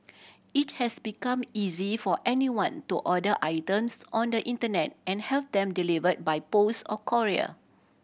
it has become easy for anyone to order items on the Internet and have them deliver by post or courier